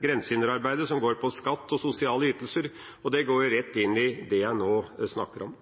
grensehinderarbeidet som går på skatt og sosiale ytelser, og det går jo rett inn i det jeg nå snakker om.